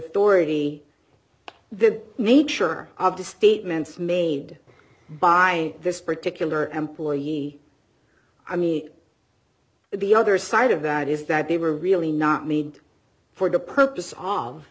authority the nature of the statements made by this particular employee i mean the other side of that is that they were really not made for the purpose